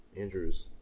Andrews